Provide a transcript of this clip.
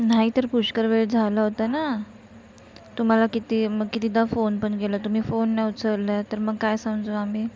नाही तर पुष्कळ वेळ झाला होता ना तुम्हाला किती मग कितीदा फोन पण केलं तुम्ही फोन नाही उचलला तर मग काय समजू आम्ही